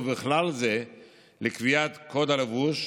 ובכלל זה לקביעת קוד הלבוש,